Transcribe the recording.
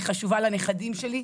היא חשובה לנכדים שלי,